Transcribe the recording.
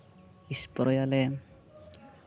spray